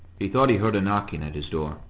he thought he heard a knocking at his door.